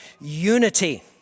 unity